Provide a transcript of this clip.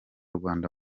rwanda